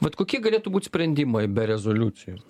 vat kokie galėtų būt sprendimai be rezoliucijų